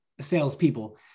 salespeople